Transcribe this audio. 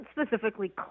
specifically